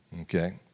Okay